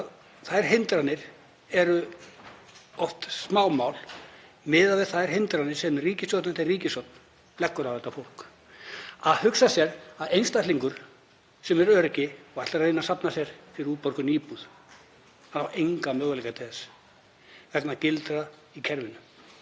þær hindranir eru oft smámál miðað við þær hindranir sem ríkisstjórn eftir ríkisstjórn leggur á þetta fólk. Að hugsa sér að einstaklingur sem er öryrki og ætlar að reyna að safna sér fyrir útborgun í íbúð á enga möguleika til þess vegna gildra í kerfinu.